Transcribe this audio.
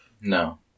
No